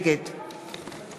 נגד